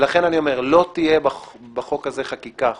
לכן אני אומר, לא תהיה בחוק הזה חקיקה חובבנית.